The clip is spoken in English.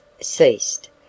ceased